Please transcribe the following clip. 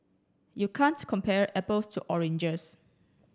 you can't compare apples to oranges